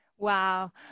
Wow